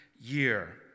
year